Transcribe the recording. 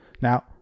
now